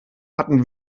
hatten